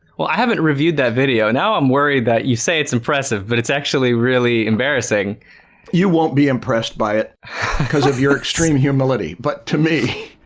well, i haven't reviewed that video now i'm worried that you say it's impressive but it's actually really embarrassing you won't be impressed by it because of your extreme humility, but to me,